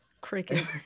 Crickets